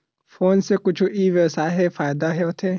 Phone से कुछु ई व्यवसाय हे फ़ायदा होथे?